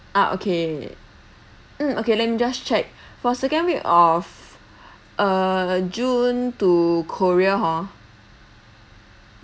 ah okay mm okay let me just check for second week of uh june to korea hor